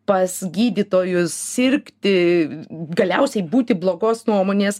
pas gydytojus sirgti galiausiai būti blogos nuomonės